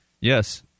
Yes